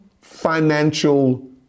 financial